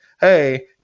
hey